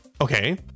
Okay